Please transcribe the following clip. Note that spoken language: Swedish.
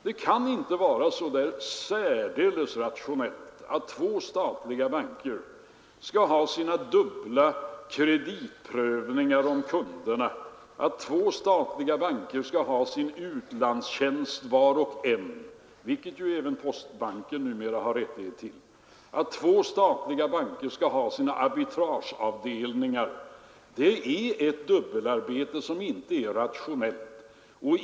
Det kan inte vara särdeles rationellt att två statliga banker skall utföra dubbla kreditprövningar av kunderna eller att var och en skall ha sin utlandstjänst — vilket även postbanken numera har rättighet till — och sin arbitrageavdelning. Det är ett dubbelarbete som inte är rationellt.